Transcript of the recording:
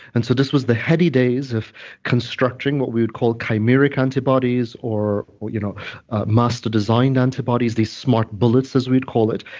and so, this was the heady days of constructing what we would call chimeric antibodies, or you know masterdesigned antibodies, these smart bullets, as we'd call it,